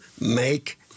make